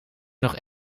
nog